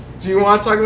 do you want to i mean